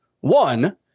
one